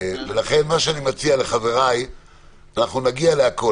אני נגיע לכול.